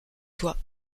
toi